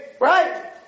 right